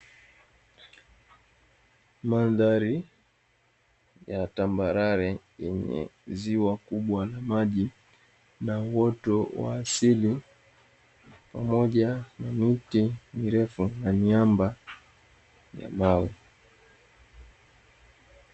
Mandhari ya tambarare yenye ziwa kubwa la maji, na uoto wa asili, pamoja na miti mirefu na miamba ya mawe.